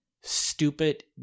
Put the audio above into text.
stupid